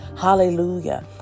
Hallelujah